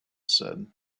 said